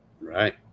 Right